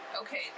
Okay